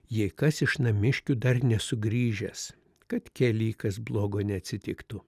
jei kas iš namiškių dar nesugrįžęs kad kely kas blogo neatsitiktų